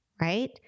right